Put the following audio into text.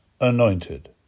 anointed